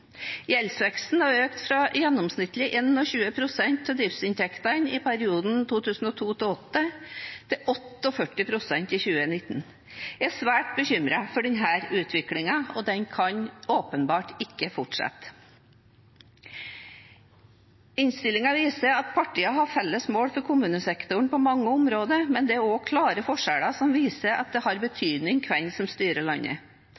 Gjeldsveksten har økt fra gjennomsnittlig 21 pst. av driftsinntektene i perioden 2002–2008 til 48 pst. i 2019. Jeg er svært bekymret for denne utviklingen, den kan åpenbart ikke fortsette. Innstillingen viser at partiene har felles mål for kommunesektoren på mange områder, men det er klare forskjeller som viser at det har betydning hvem som styrer landet.